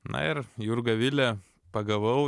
na ir jurgą vilę pagavau